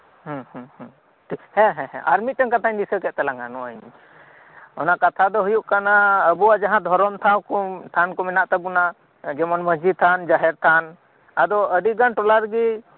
ᱦᱮᱸ ᱦᱮᱸ ᱦᱮᱸ ᱟᱨᱢᱤᱫᱴᱮᱝ ᱠᱟᱛᱷᱟᱧ ᱫᱤᱥᱟᱹ ᱠᱮᱫ ᱛᱟᱞᱟᱝᱟ ᱱᱚᱜᱚᱭ ᱤᱧ ᱚᱱᱟ ᱠᱟᱛᱷᱟ ᱫᱚ ᱦᱩᱭᱩᱜ ᱠᱟᱱᱟ ᱟᱵᱩᱣᱟᱜ ᱡᱟᱦᱟᱸ ᱫᱷᱚᱨᱚᱢ ᱴᱷᱟᱶᱠᱩ ᱛᱟᱦᱱᱠᱩ ᱢᱮᱱᱟᱜ ᱛᱟᱵᱩᱱᱟ ᱡᱮᱢᱚᱱ ᱢᱟᱺᱡᱷᱤ ᱛᱷᱟᱱ ᱡᱟᱦᱮᱨ ᱛᱷᱟᱱ ᱟᱫᱚ ᱟᱹᱰᱤᱜᱟᱱ ᱴᱚᱞᱟᱨᱮᱜᱮ